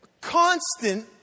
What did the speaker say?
Constant